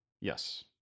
Yes